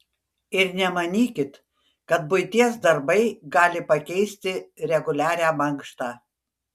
ir nemanykit kad buities darbai gali pakeisti reguliarią mankštą